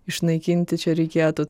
išnaikinti čia reikėtų